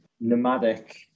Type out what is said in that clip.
nomadic